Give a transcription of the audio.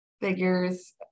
figures